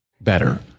better